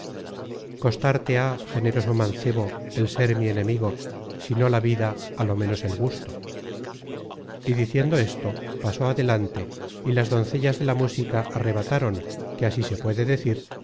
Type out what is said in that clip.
costarte ha generoso mancebo el ser mi enemigo si no la vida á lo ménos el gusto y diciendo esto pasó adelante y las doncellas de la música arrebataron que así se puede decir